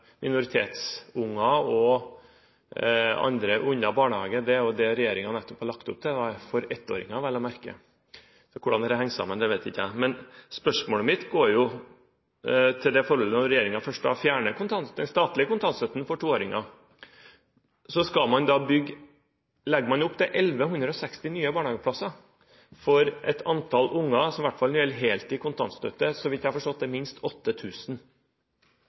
minoritetsunger og andre unna barnehagen, er det regjeringen nettopp har lagt opp til – for ettåringer vel å merke. Så hvordan dette henger sammen, vet ikke jeg. Spørsmålet mitt gjelder det forholdet at når regjeringen først fjerner den statlige kontantstøtten for toåringene, legger man opp til 1160 nye barnehageplasser for et antall unger, som, i hvert fall når det gjelder dem som mottar heltid kontantstøtte, så vidt jeg har forstått, er på minst